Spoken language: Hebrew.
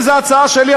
אם זאת הצעה שלי,